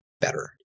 better